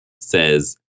Says